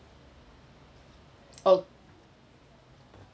oh